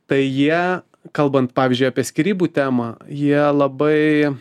tai jie kalbant pavyzdžiui apie skyrybų temą jie labai